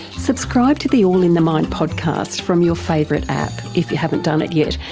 subscribe to the all in the mind podcast from your favourite app, if you haven't done it yet,